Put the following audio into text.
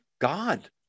God